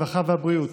הרווחה והבריאות: